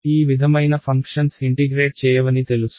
ఈ విధమైన functions integrate చేయవని తెలుసు